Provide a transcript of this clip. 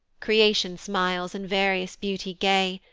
creation smiles in various beauty gay,